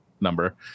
number